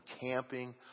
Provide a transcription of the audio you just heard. camping